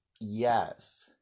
Yes